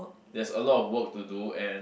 there's a lot of work to do and